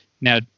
Now